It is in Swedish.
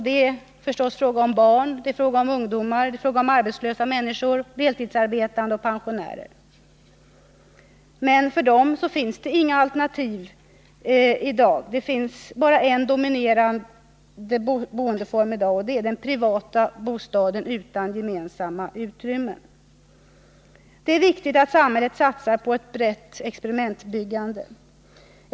Det är förstås ofta barn, ungdomar, arbetslösa människor, deltidsarbetande och pensionärer. Men för dem finns det inga alternativ — det finns bara en dominerande boendeform i dag, och det är den privata bostaden utan gemensamma utrymmen. Det är viktigt att samhället satsar på ett brett experimentbyggande.